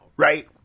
Right